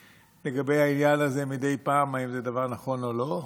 לגבי העניין הזה מדי פעם אם זה דבר נכון או לא.